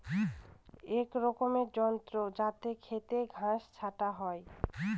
এক রকমের যন্ত্র যাতে খেতের ঘাস ছাটা হয়